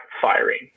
firing